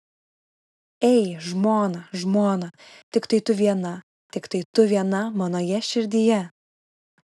ei žmona žmona tiktai tu viena tiktai tu viena manoje širdyje